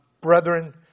brethren